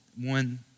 one